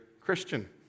Christian